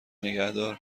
نگهدار